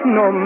no